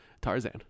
Tarzan